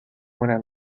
buena